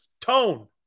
Tone